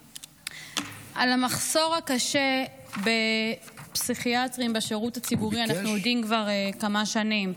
על המחסור הקשה בפסיכיאטרים בשירות הציבורי אנחנו יודעים כבר כמה שנים.